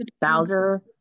Bowser